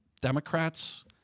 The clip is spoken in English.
Democrats